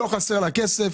לא חסר לה כסף.